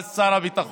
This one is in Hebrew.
אז שר הביטחון,